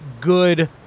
good